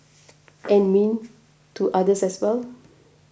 and mean to others as well